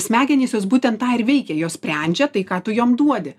smegenys jos būtent tą ir veikia jos sprendžia tai ką tu jom duodi